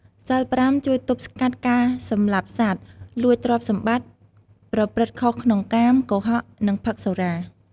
សីលប្រាំ ជួយទប់ស្កាត់ការសម្លាប់សត្វ លួចទ្រព្យសម្បត្តិ ប្រព្រឹត្តខុសក្នុងកាម កុហក និងផឹកសុរា។